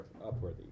upworthy